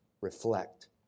reflect